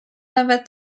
nawet